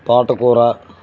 తోటకూర